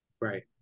right